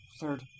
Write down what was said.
Third